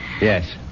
Yes